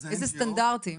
איזה סטנדרטים?